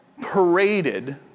paraded